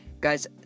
guys